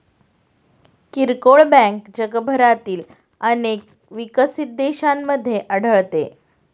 किरकोळ बँक जगभरातील अनेक विकसित देशांमध्ये आढळते